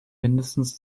mindestens